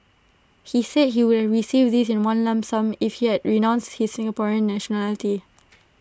he said he would have received this in one lump sum if he had renounced his Singaporean nationality